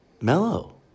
Mellow